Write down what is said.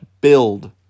build